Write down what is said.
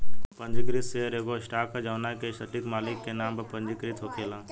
पंजीकृत शेयर एगो स्टॉक ह जवना के सटीक मालिक के नाम पर पंजीकृत होखेला